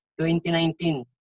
2019